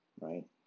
Right